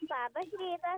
labas rytas